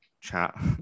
chat